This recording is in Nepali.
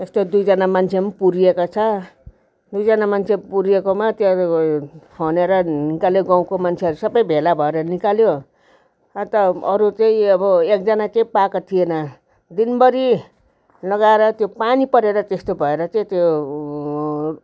यस्तो दुईजना मान्छे पनि पुरिएको छ दुईजना मान्छे पुरिएकोमा खनेर निकाल्यो गाउँको मान्छेहरू सबै भेला भएर निकाल्यो अन्त अरू चाहिँ अब एकजना चाहिँ पाएको थिएन दिनभरि लगाएर त्यो पानी परेर त्यस्तो भएर चाहिँ त्यो